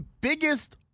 biggest